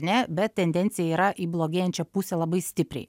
ne bet tendencija yra į blogėjančią pusė labai stipriai